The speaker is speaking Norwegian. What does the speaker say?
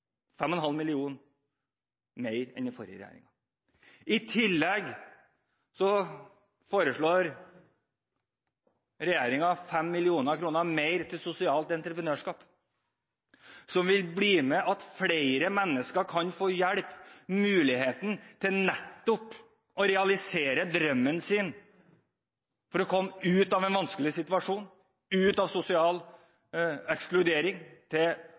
5,5 mill. kr mer enn den forrige regjeringen. I tillegg foreslår regjeringen 5 mill. kr mer til sosialt entreprenørskap, som vil bidra til at flere mennesker kan få hjelp, mulighet til å realisere drømmen sin om å komme ut av en vanskelig situasjon, om å gå fra sosial ekskludering til